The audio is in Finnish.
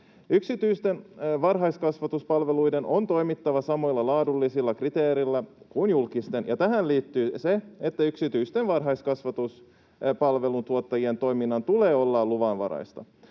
Yksityisten varhaiskasvatuspalveluiden on toimittava samoilla laadullisilla kriteereillä kuin julkisten, ja tähän liittyy se, että yksityisten varhaiskasvatuspalveluntuottajien toiminnan tulee olla luvanvaraista.